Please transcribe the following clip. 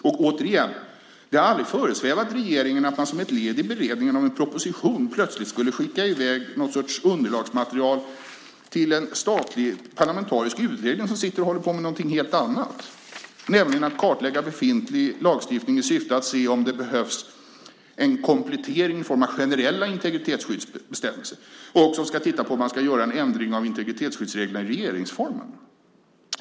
Och, återigen, har det aldrig föresvävat regeringen att man som ett led i beredningen av en proposition plötsligt skulle skicka i väg någon sorts underlagsmaterial till en statlig parlamentarisk utredning som håller på med någonting helt annat, nämligen att kartlägga befintlig lagstiftning i syfte att se om det behövs en komplettering i form av generella integritetsskyddsbestämmelser och som ska titta på om man ska göra en ändring av integritetsskyddsreglerna i regeringsformen.